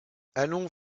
allons